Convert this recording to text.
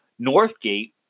Northgate